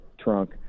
trunk